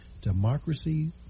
Democracy